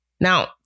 Now